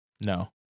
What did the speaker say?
No